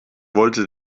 wollte